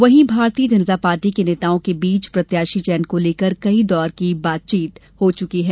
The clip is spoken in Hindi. वहीं भारतीय जनता पार्टी के नेताओं के बीच प्रत्याशी चयन को लेकर कई दौर की बातचीत हो चुकी है